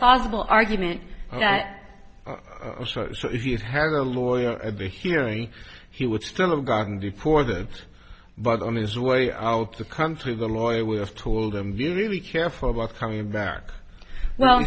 possible argument that if you had a lawyer at the hearing he would still have gotten before that but on his way out of the country the lawyer would have told him to really careful about coming back well